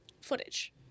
footage